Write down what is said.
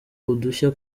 udushya